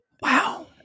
Wow